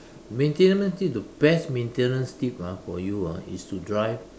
maintenance need the best maintenance tip ah for you ah is to drive